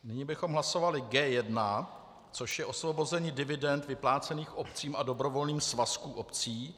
Nyní bychom hlasovali G1, což je osvobození dividend vyplácených obcím a dobrovolným svazkům obcí.